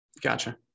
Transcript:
gotcha